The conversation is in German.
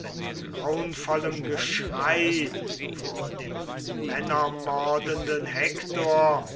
mit graunvollem geschrei vor dem männermordenden hektor